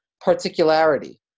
particularity